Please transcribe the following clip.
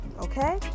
okay